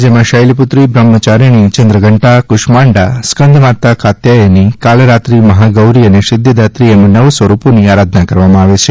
જેમાં શૈલપુત્રી બ્રહ્મચારીણી ચંદ્રઘંટા કુષ્માન્ડા સકન્દમાતા કાત્યાયની કાલરાત્રી મહાગૌરી અને સિદ્ધદાત્રી એન નવ સ્વરૂપોની આરાધના કરવામાં આવે છે